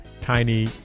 tiny